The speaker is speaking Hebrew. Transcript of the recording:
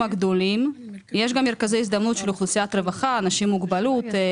יש אוכלוסיות קטנות יותר שמקבלות נפח קטן יותר.